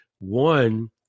One